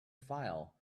file